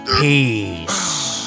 Peace